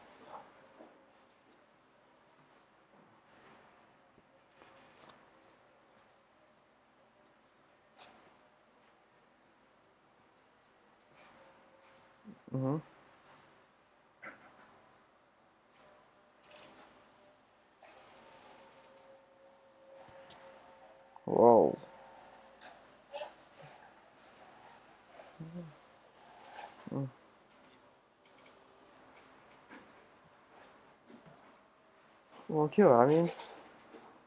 mmhmm !wow! mm oh okay [what] I mean